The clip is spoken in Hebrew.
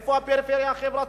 איפה הפריפריה החברתית?